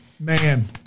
man